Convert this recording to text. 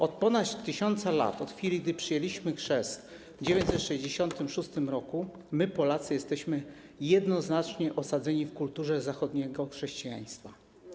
Od ponad tysiąca lat, od chwili, gdy przyjęliśmy chrzest w 966 r., my, Polacy jesteśmy jednoznacznie osadzeni w kulturze zachodniego chrześcijaństwa.